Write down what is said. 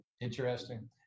Interesting